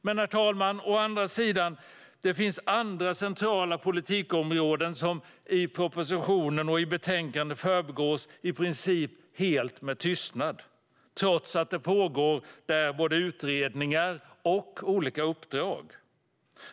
Men, herr talman, det finns andra centrala politikområden som i propositionen och betänkandet förbigås i princip helt med tystnad, trots att det där pågår både utredningar och olika uppdrag.